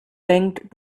linked